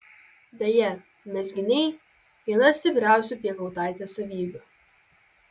beje mezginiai viena stipriausių piekautaitės savybių